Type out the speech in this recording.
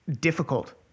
difficult